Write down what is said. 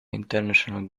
international